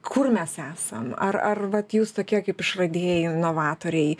kur mes esam ar ar vat jūs tokie kaip išradėjai inovatoriai